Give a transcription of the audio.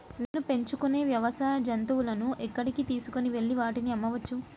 నేను పెంచుకొనే వ్యవసాయ జంతువులను ఎక్కడికి తీసుకొనివెళ్ళి వాటిని అమ్మవచ్చు?